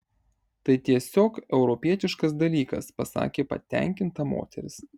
tai tiesiog europietiškas dalykas pasakė patenkinta moteris